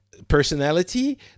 personality